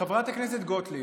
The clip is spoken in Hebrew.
חברת הכנסת גוטליב.